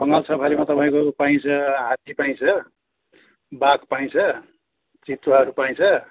बङ्गाल सफारीमा तपाईँको उयो पाइन्छ हात्ती पाइन्छ बाघ पाइन्छ चितुवाहरू पाइन्छ